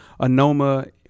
Anoma